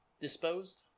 disposed